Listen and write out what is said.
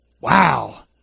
wow